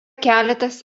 keletas